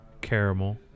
caramel